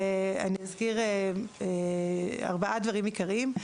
אני אזכיר ארבעה דברים עיקריים: